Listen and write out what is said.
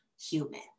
human